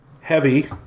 heavy